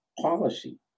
policy